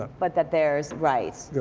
but that there's, right.